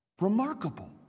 Remarkable